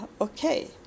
okay